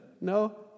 No